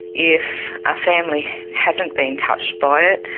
if a family hasn't been touched by it,